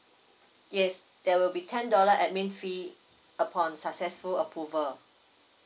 yes there will be ten dollar admin fee upon successful approval